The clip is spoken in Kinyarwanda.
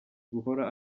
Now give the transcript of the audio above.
guhora